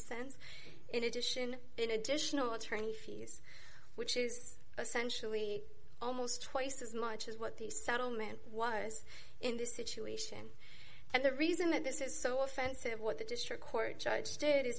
cents in addition in additional attorney fees which is essentially almost twice as much as what the settlement was in this situation and the reason that this is so offensive what the district court judge did is